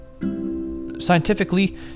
scientifically